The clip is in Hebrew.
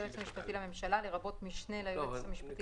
"היועץ המשפטי לממשלה" לרבות משנה ליועץ המשפטי